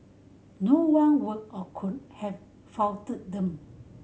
no one would or could have faulted them